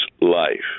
life